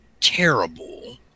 terrible